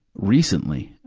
recently,